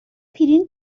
پرینت